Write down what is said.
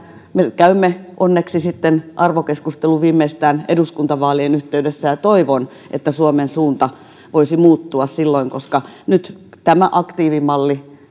me käymme onneksi sitten arvokeskustelun viimeistään eduskuntavaalien yhteydessä ja toivon että suomen suunta voisi muuttua silloin koska nyt tämä aktiivimalli